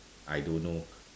I don't know